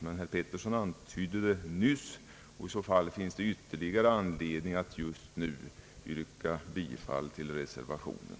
Herr Petersson antydde det nyss, vilket ger ytterligare anledning att just nu yrka bifall till reservationen.